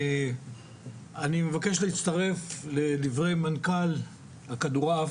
אני מבקש להצטרף לדברי מנכ"ל הכדורעף.